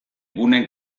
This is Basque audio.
gune